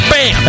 Bam